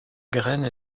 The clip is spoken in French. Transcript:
graine